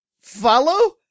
follow